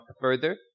further